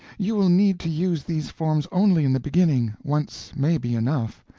you will need to use these forms only in the beginning once may be enough.